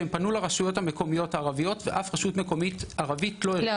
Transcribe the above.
שהם פנו לרשויות המקומיות הערביות ואף רשות מקומית ערבית לא ---.